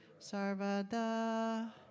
Sarvada